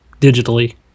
digitally